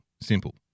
Simple